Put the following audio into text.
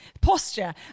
posture